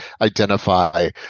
identify